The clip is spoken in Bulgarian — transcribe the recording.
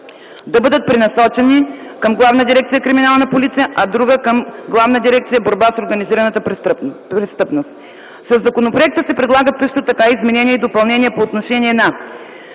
да бъдат пренасочени към Главна дирекция „Криминална полиция”, а друга – към Главна дирекция „Борба с организираната престъпност”. Със законопроекта се предлагат също така изменения и допълнения по отношение на: